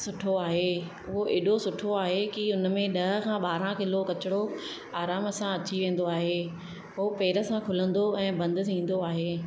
सुठो आहे उहो एॾो सुठो आहे की उन में ॾह खां ॿारहं किलो किचिरो आराम सां अची वेंदो आहे उहो पेर सां खुलंदो ऐं बंदि थींदो आहे